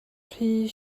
rhy